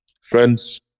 Friends